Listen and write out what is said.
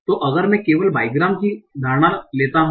तो अगर मैं केवल बाइग्राम की धारणा लेता हूं